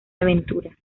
aventura